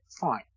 fine